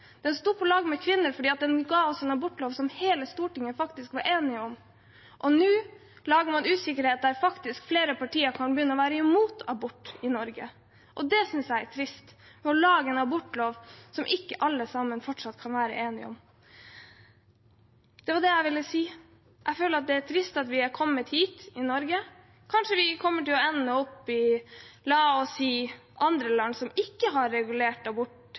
Den sto på lag med kvinner fordi den ga oss en abortlov som hele Stortinget faktisk var enige om. Nå lager man usikkerhet – der flere partier faktisk kan begynne å være imot abort i Norge. Jeg synes det er trist å lage en abortlov som ikke alle sammen fortsatt kan være enige om. Det var det jeg ville si. Jeg føler at det er trist at vi er kommet hit i Norge. Kanskje vi kommer til å ende opp som – la oss si – andre land som ikke har regulert abort